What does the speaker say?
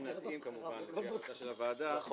פה נתאים כמובן לפי החלטה של הוועדה